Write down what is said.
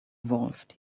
evolved